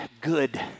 good